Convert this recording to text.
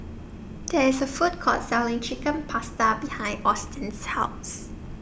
There IS A Food Court Selling Chicken Pasta behind Austen's House